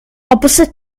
opposite